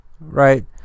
right